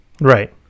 Right